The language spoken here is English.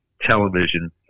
television